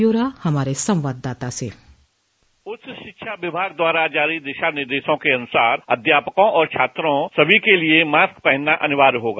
ब्यौरा हमारे संवाददाता से उच्च शिक्षा विभाग द्वारा जारी दिशा निर्देशों के अनुसार अध्यापकों और छात्रों सभी के लिए मास्क पहनना अनिवार्य होगा